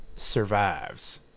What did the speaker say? Survives